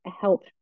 help